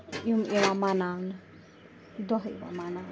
یِم یِوان مناونہٕ دۄہ یِوان مناونہٕ